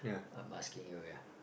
I'm asking you ya